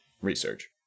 Research